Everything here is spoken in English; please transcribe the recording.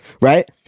right